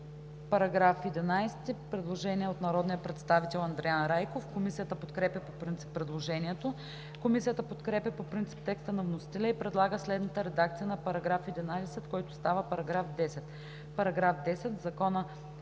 По § 11 има предложение на народния представител Андриан Райков. Комисията подкрепя по принцип предложението. Комисията подкрепя по принцип текста на вносителя и предлага следната редакция на § 11, който става § 10.